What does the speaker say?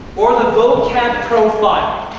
or the vocab profile.